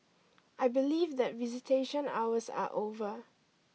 I believe that visitation hours are over